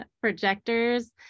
projectors